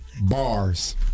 Bars